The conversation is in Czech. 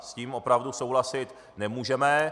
S tím opravdu souhlasit nemůžeme.